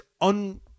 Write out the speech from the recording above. un